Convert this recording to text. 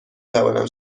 توانم